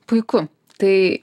puiku tai